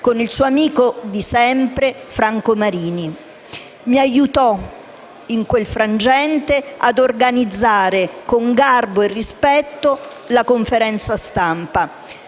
con il suo amico di sempre Franco Marini. Mi aiutò in quel frangente ad organizzare, con garbo e rispetto, la conferenza stampa.